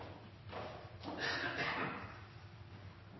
Andersen